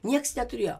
nieks neturėjo